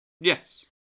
yes